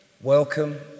welcome